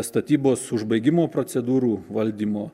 statybos užbaigimo procedūrų valdymo